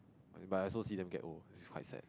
but I also see them get old it's quite sad